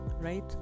right